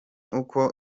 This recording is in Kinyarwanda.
uko